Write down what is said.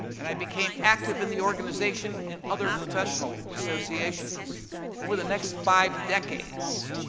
and i became active in the organization and other professional associations over the next five decades.